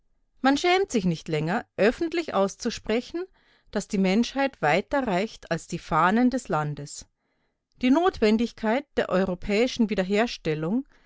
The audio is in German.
man schämt sich nicht länger öffentlich auszusprechen daß die menschheit weiter reicht als die fahnen des landes die notwendigkeit der europäischen wiederherstellung